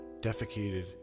defecated